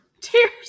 Tears